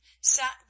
sat